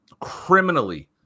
criminally